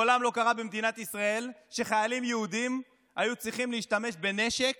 מעולם לא קרה במדינת ישראל שחיילים יהודים היו צריכים להשתמש בנשק